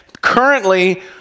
Currently